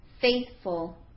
faithful